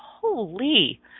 holy